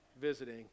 visiting